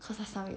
cause last time